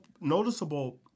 noticeable